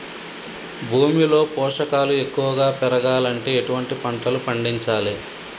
భూమిలో పోషకాలు ఎక్కువగా పెరగాలంటే ఎటువంటి పంటలు పండించాలే?